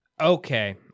Okay